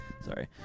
Sorry